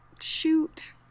Shoot